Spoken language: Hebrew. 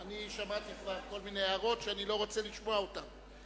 שמעתי כבר כל מיני הערות שאני לא רוצה לשמוע אותן.